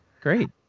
Great